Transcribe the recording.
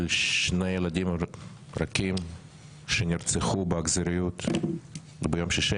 שני ילדים רכים שנרצחו באכזריות ביום שישי,